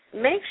make